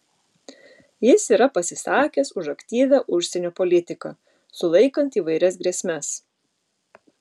jis yra pasisakęs už aktyvią užsienio politiką sulaikant įvairias grėsmes